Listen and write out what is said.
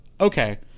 Okay